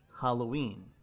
Halloween